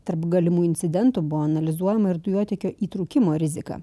tarp galimų incidentų buvo analizuojama ir dujotiekio įtrūkimo rizika